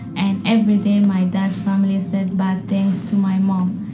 and every day, my dad's family said bad things to my mom.